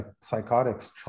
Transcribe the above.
psychotics